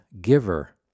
giver